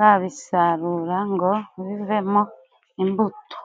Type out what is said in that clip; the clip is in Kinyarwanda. wabisarura ngo bivemo imbuto.